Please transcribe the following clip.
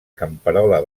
camperola